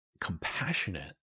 Compassionate